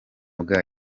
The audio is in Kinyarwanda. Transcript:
bwa